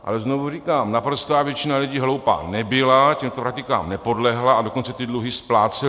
Ale znovu říkám, naprostá většina lidí hloupá nebyla, těmto praktikám nepodlehla, a dokonce ty dluhy splácela.